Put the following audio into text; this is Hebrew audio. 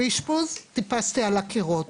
באשפוז טיפסתי על הקירות,